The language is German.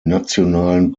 nationalen